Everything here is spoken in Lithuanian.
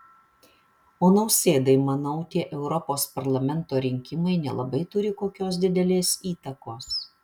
o nausėdai manau tie europos parlamento rinkimai nelabai turi kokios didelės įtakos